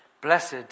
Blessed